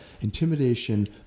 intimidation